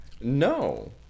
No